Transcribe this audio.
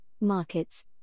markets